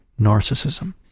narcissism